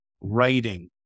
writing